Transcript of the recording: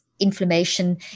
inflammation